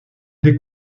des